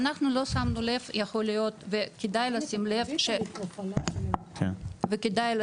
אנחנו לא שמנו לנו וכדאי לשים לב - יכול להיות